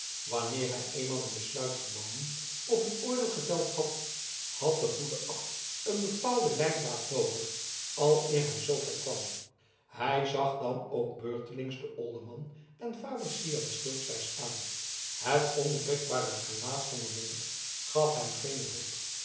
wanneer hij eenmaal een besluit genomen of een oordeel geveld had had de goede abt een bepaalden leiddraad noodig aleer hij zooverre kwam hij zag dan ook beurtelings den olderman en vader syard steelswijze aan het onverwrikbare gelaat van den monnik gaf hem geene hulp